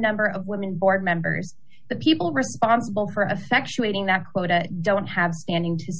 number of women board members the people responsible for affection waiting that quota don't have standing to